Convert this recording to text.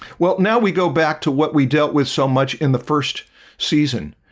well now we go back to what we dealt with so much in the first season,